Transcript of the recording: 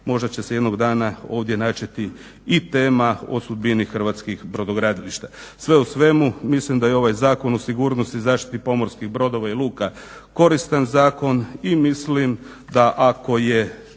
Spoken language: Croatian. možda će se jednog dana ovdje načeti i tema o sudbini hrvatskih brodogradilišta. Sve u svemu, mislim da je ovaj Zakon o sigurnosnoj zaštiti pomorskih brodova i luka koristan zakon i mislim da ako je